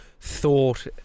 thought